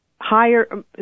higher